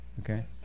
okay